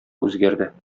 үзгәрде